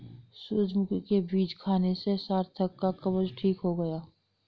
सूरजमुखी के बीज खाने से सार्थक का कब्ज ठीक हो गया